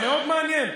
מאוד מעניין.